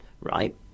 right